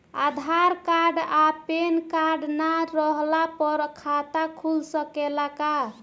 आधार card आ PAN card ना रहला पर खाता खुल सकेला का?